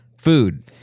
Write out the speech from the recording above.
food